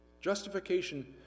Justification